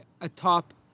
atop